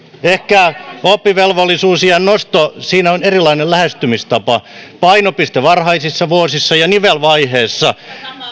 ehkä oppivelvollisuusiän nosto siinä on erilainen lähestymistapa painopiste on varhaisissa vuosissa ja nivelvaiheissa